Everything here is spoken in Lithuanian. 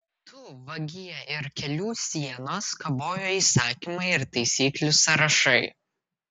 tu vagie ir kelių sienos kabojo įsakymai ir taisyklių sąrašai